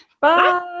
Bye